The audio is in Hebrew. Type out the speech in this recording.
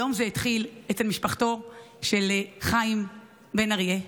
היום זה התחיל אצל משפחתו של חיים בן אריה,